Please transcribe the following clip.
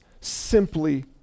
simply